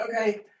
Okay